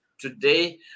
Today